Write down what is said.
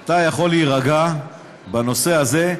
אתה יכול להירגע בנושא הזה.